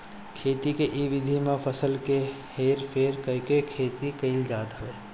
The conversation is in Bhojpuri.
खेती के इ विधि में फसल के हेर फेर करके खेती कईल जात हवे